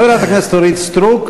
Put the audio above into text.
חברת הכנסת אורית סטרוק.